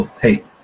Hey